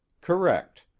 Correct